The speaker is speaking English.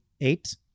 eight